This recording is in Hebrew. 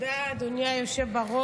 תודה רבה.